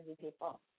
people